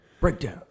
Breakdown